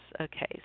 Okay